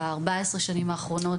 ב-14 השנים האחרונות,